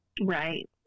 Right